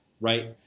right